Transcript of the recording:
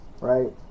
Right